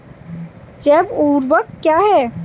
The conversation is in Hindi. जैव ऊर्वक क्या है?